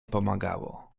pomagało